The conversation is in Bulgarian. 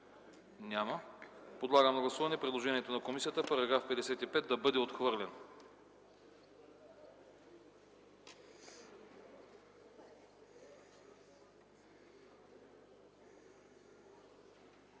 Няма. Подлагам на гласуване предложението на комисията § 73 да бъде отхвърлен